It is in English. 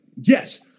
yes